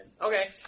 Okay